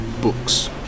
books